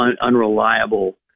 unreliable